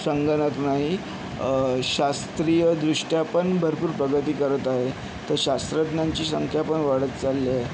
संगणक नाही शास्त्रीय दृष्ट्या पण भरपूर प्रगती करत आहे तर शास्त्रज्ञांची संख्यापण वाढत चालली आहे